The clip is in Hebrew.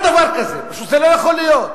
אין דבר כזה, פשוט זה לא יכול להיות.